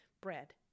bread